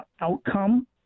outcome